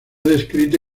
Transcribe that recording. descrita